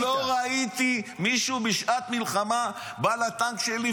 אני לא ראיתי מישהו בשעת מלחמה בא לטנק שלי,